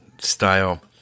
style